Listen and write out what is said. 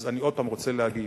אז אני שוב רוצה להגיד,